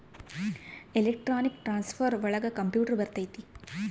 electronic transfer ಒಳಗ computer ಬರತೈತಿ